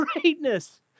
greatness